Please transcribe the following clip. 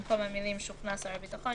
במקום המילים: 'שוכנע שר הביטחון',